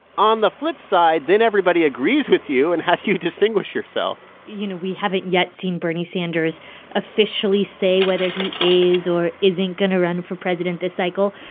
on the flip side, then everybody agrees with you, and how do you distinguish yourself? you know, we haven't yet seen bernie sanders officially say whether he is or isn't going to run for president this cycle.